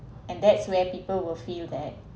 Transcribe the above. and that's where people will feel that